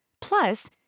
Plus